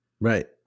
Right